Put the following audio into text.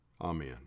Amen